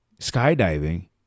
skydiving